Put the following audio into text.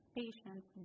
patients